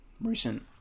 recent